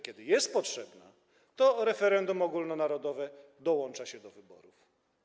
Kiedy zaś jest potrzebna, referendum ogólnonarodowe dołącza się do wyborów.